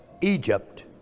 Egypt